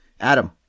Adam